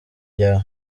ryawe